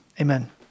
amen